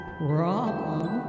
problem